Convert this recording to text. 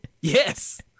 Yes